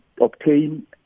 obtain